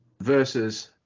versus